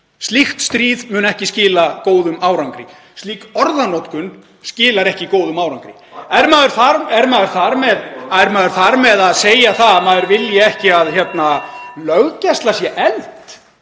Slíkt stríð mun ekki skila góðum árangri. Slík orðanotkun skilar ekki góðum árangri. (Gripið fram í.) Er maður þar með að segja að maður vilji ekki að löggæsla sé efld?